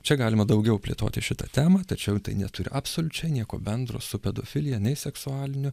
čia galima daugiau plėtoti šitą temą tačiau tai neturi absoliučiai nieko bendro su pedofilija nei seksualiniu